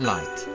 Light